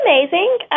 amazing